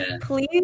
please